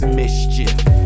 mischief